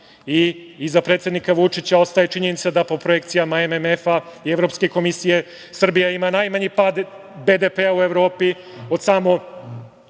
predsednika Vučića ostaje činjenica da po projekcijama MMF-a i Evropske komisije Srbija ima najmanji pad BDP-a u Evropi od samo